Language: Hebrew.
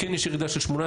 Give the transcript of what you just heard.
כן יש ירידה של 18,